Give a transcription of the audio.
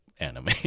anime